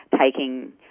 taking